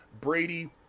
Brady